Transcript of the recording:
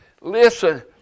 listen